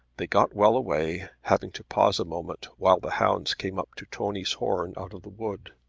they got well away, having to pause a moment while the hounds came up to tony's horn out of the wood.